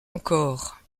encore